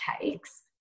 takes